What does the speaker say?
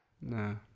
No